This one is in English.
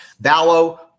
Ballo